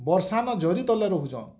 ବର୍ଷା ନ ଜରି ତଲେ ରହୁଛ